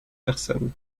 personnes